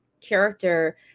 character